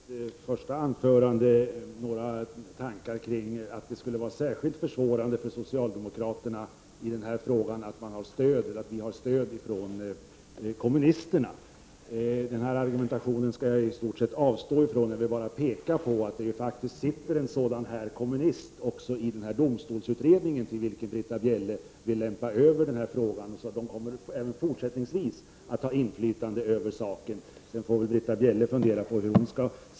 Herr talman! I sitt första anförande framförde Britta Bjelle några tankar kring att det skulle vara särskilt försvårande för socialdemokraterna att i den här frågan ha stöd från kommunisterna. Jag avstår från att argumentera emot, men jag vill peka på att det sitter en kommunist också i domstolsutredningen, till vilken Britta Bjelle vill lämpa över denna fråga. Kommunisterna kommer även fortsättningsvis att ha inflytande över saken.